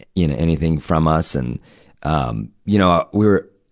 you know, anything from us. and um you know, we were,